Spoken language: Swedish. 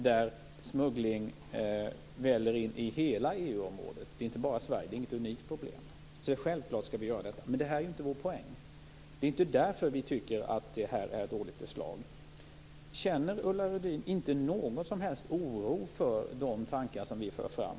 Insmugglade varor väller in över hela området. Det gäller inte bara Sverige. Det är inget unikt problem. Självfallet skall vi bekämpa detta. Det är inte på grund av att vi inte vill bekämpa brottsligheten som vi tycker att förslaget är dåligt. Känner Ulla Wester-Rudin ingen som helst oro när det gäller de tankar vi för fram?